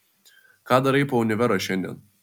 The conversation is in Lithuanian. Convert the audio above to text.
ką darai po univero šiandien